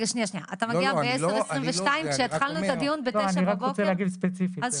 לא אני רק רוצה להגיב ספציפית.